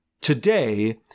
today